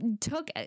took